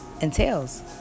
entails